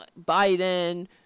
Biden